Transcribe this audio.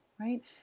right